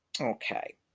Okay